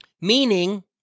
Meaning